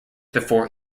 before